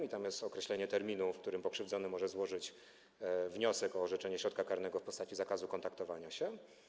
Jest tam określenie terminu, w którym pokrzywdzony może złożyć wniosek o orzeczenie środka karnego w postaci zakazu kontaktowania się.